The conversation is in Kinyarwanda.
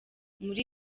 muri